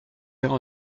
irez